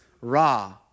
Ra